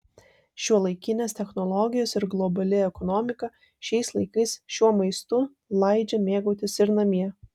šiuolaikinės technologijos ir globali ekonomika šiais laikais šiuo maistu laidžia mėgautis ir namie